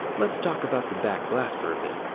let's talk about the back glass for a bit.